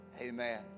Amen